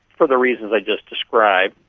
for the reasons i just described.